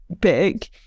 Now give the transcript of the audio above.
big